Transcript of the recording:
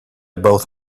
both